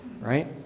right